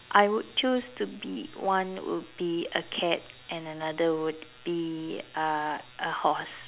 I would choose to be one would be a cat and another would be uh a horse